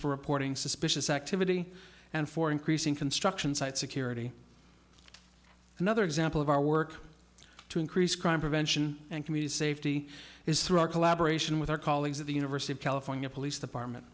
for reporting suspicious activity and for increasing construction site security another example of our work to increase crime prevention and community safety is through our collaboration with our colleagues at the university of california police department